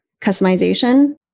customization